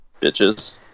Bitches